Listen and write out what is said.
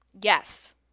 Yes